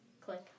click